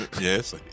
Yes